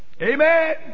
Amen